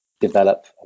develop